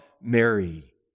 Mary